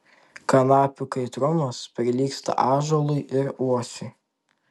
kanapių kaitrumas prilygsta ąžuolui ir uosiui